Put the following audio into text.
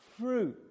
fruit